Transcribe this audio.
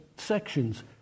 sections